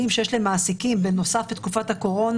שיש למעסיקים בנוסף לתקופת הקורונה.